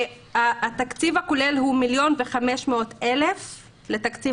והתקציב הכולל הוא מיליון ו-500 אלף שקלים